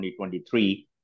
2023